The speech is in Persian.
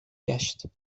گشت